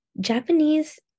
Japanese